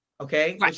Okay